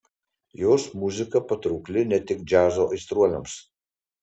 jos muzika patraukli ne tik džiazo aistruoliams